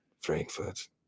Frankfurt